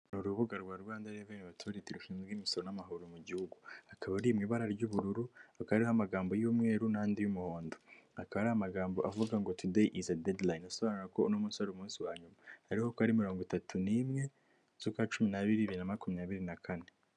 Ni rubuga rwa Rwanda Reveni Otoriti rushinzwe imisoro n'amahoro mu gihugu. Akaba ruri mu ibara ry'ubururu, rukaba ruriho n' amagambo y'umweru n'andi y'umuhondo. Akaba ari amagambo avuga ngo" Tudeyi izi dedirayini." Bisobanura ko uno munsi ari umunsi wa nyuma. Hariho ko ari mirongo itatu n'imwe, z'ukwa cumi n'abiri bibiri na makumyabiri na kane.